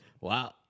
wow